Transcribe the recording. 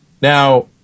Now